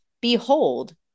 behold